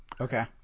Okay